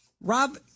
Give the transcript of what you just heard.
Rob